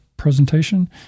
presentation